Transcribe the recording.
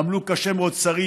עמלו קשה מאוד שרים,